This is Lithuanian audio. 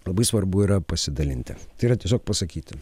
labai svarbu yra pasidalinti tai yra tiesiog pasakyti